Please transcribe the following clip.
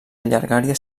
llargària